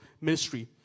ministry